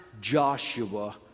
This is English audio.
Joshua